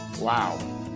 Wow